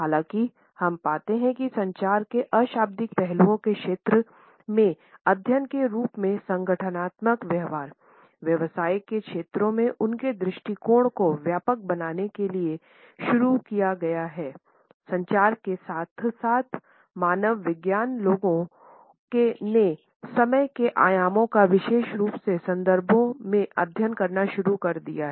हालांकि हम पाते हैं कि संचार के अशाब्दिक पहलुओं के क्षेत्र में अध्ययन के रूप में संगठनात्मक व्यवहार व्यवसाय के क्षेत्रों में उनके दृष्टिकोण को व्यापक बनाने के लिए शुरू किया हैं संचार के साथ साथ मानव विज्ञान लोगों ने समय के आयामों का विशेष रूप से संदर्भों में अध्ययन करना शुरू कर दिया हैं